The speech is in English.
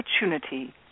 opportunity